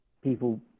people